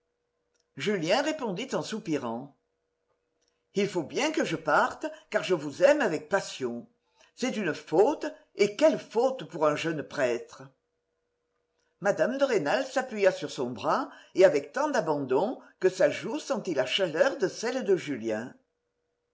julien répondit en soupirant il faut bien que je parte car je vous aime avec passion c'est une faute et quelle faute pour un jeune prêtre mme de rênal s'appuya sur son bras et avec tant d'abandon que sa joue sentit la chaleur de celle de julien